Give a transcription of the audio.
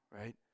right